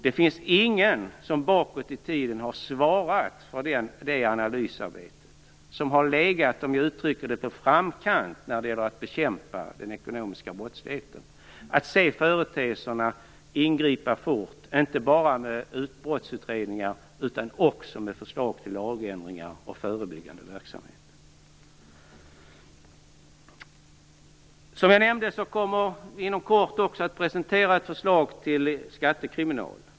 Det finns ingen som bakåt i tiden har svarat för det analysarbetet eller som har - om jag får uttrycka det så - legat på framkant när det gäller att bekämpa den ekonomiska brottsligheten. Det gäller att se företeelserna och ingripa fort, inte bara med brottsutredningar utan också med förslag till lagändringar och förebyggande verksamhet. Som jag nämnde kommer vi inom kort också att presentera ett förslag till inrättandet av en skattekriminal.